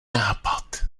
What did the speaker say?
nápad